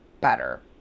better